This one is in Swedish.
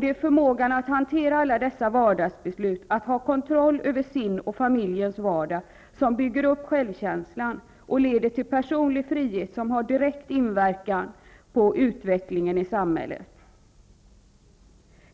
Det är förmågan att hantera vardagsbesluten, att ha kontroll över sin och familjens vardag, som bygger upp självkänslan och leder till personlig frihet som har direkt inverkan på utvecklingen i samhället.